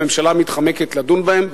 הממשלה מתחמקת מלדון בהן,